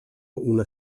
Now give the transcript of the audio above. una